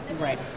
Right